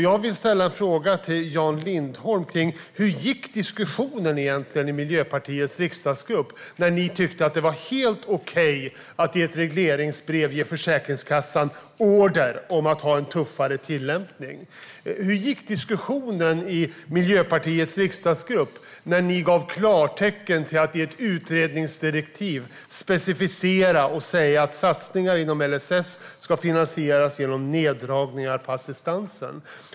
Jag vill ställa en fråga till Jan Lindholm om hur diskussionen egentligen gick i Miljöpartiets riksdagsgrupp, när ni tyckte att det var helt okej att i ett regleringsbrev ge Försäkringskassan order om att ha en tuffare tillämpning. Hur gick diskussionen i Miljöpartiets riksdagsgrupp när ni gav klartecken till att ge ett utredningsdirektiv där det specificerades att satsningar inom LSS ska finansieras genom neddragningar på assistansen?